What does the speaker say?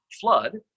flood